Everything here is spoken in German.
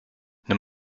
nimm